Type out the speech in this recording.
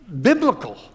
biblical